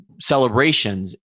celebrations